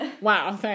Wow